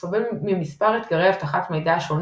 סובל ממספר אתגרי אבטחת מידע השונים